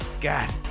God